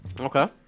Okay